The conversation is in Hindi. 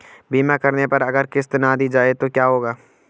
बीमा करने पर अगर किश्त ना दी जाये तो क्या होगा?